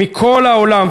מכל העולם,